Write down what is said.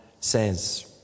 says